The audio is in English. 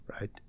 right